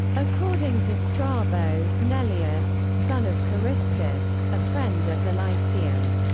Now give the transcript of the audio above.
according to strabo, neleus, son of coriscus, a friend at the lyceum,